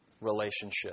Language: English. relationship